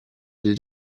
dei